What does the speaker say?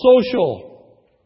social